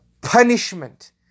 punishment